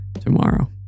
tomorrow